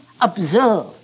observe